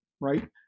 right